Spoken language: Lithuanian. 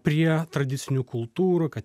prie tradicinių kultūrų kad